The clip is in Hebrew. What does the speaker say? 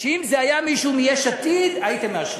שאם זה היה מישהו מיש עתיד, הייתם מאשרים.